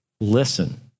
listen